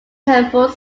temple